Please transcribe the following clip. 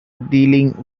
dealing